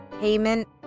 payment